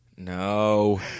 no